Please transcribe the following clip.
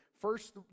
first